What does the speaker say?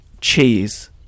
cheese